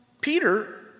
Peter